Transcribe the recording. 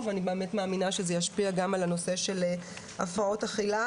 ואני באמת מאמינה שזה ישפיע על נושא של הפרעות אכילה